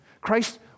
Christ